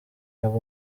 aba